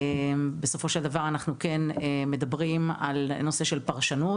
בסופו של דבר אנחנו כן מדברים על נושא של פרשנות,